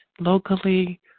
locally